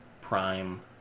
prime